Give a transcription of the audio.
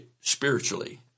spiritually